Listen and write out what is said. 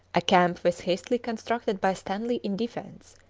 a camp was hastily constructed by stanley in defence,